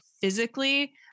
physically